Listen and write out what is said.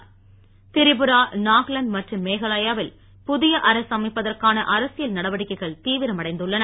் திரிபுரா நாகாலாந்து மற்றும் மேகாலயாவில் புதிய அரசு அமைப்பதற்கான அரசியல் நடவடிக்கைகள் தீவிரமடைந்துள்ளன